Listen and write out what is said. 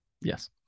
yes